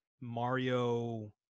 Mario